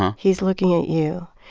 he's looking at you.